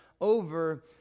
over